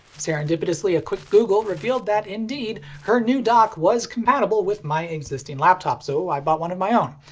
serendipitously, a quick google revealed that indeed, her new dock was compatible with my existing laptop, so i bought one of my own.